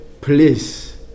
please